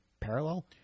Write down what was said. parallel